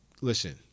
listen